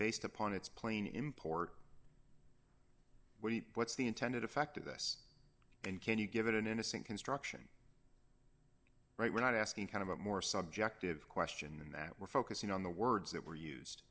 based upon its plain import wait what's the intended effect of this and can you give it an innocent construction right we're not asking kind of a more subjective question than that we're focusing on the words that were used